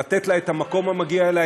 לתת לה את המקום המגיע לה,